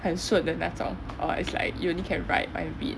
很顺的那种 or it's like you only can write and read